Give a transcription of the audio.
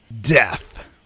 death